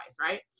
right